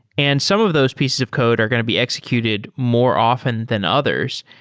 and some of those pieces of code are going to be executed more often than others.